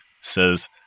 says